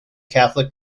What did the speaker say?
catholic